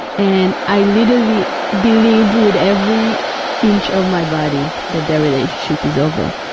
and i literally believe with every inch of my body that that relationship is over.